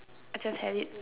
I just had it